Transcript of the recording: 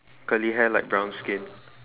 curly hair light brown skin